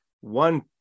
one